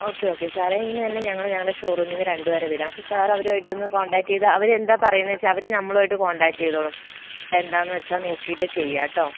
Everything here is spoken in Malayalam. ഓക്കെ ഓക്കെ സാറേ ഇന്ന് തന്നെ ഞങ്ങൾ ഞങ്ങളുടെ ഷോറൂമിൽ നിന്ന് രണ്ടു പേരെ വിടാം അപ്പം സാറ് അവരുമായിട്ടൊന്ന് കോണ്ടാക്ട് ചെയ്താൽ അവർ എന്താ പറയുന്നതെന്ന് വച്ചാൽ അവർ നമ്മളുമായിട്ട് കോൺടാക്ട് ചെയ്തുകൊള്ളും അപ്പോൾ എന്താണെന്ന് വച്ചാൽ നോക്കിയിട്ട് ചെയ്യാം കേട്ടോ